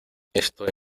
estoy